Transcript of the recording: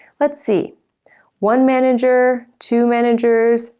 let's see one manager, two managers,